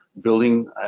building